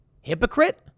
Hypocrite